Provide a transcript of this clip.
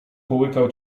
połykał